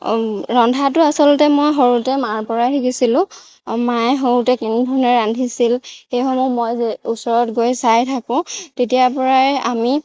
ৰন্ধাটো আচলতে মই সৰুতে মাৰ পৰাই শিকিছিলোঁ মায়ে সৰুতে কেনেধৰণে ৰান্ধিছিল সেইসমূহ মই যে ওচৰত গৈ চাই থাকোঁ তেতিয়াৰ পৰাই আমি